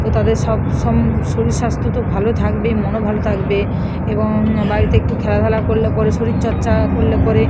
তো তাদের সব সময় শরীর স্বাস্থ্য তো ভালো থাকবে মনও ভালো থাকবে এবং বাড়িতে একটু খেলাধূলা করলে পরে শরীর চর্চা করে পরে